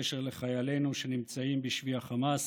בקשר לחיילינו שנמצאים בשבי החמאס.